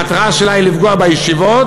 המטרה שלה היא לפגוע בישיבות.